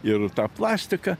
ir tą plastiką